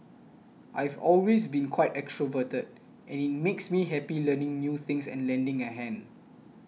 I've always been quite extroverted and it makes me happy learning new things and lending a hand